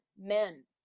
Men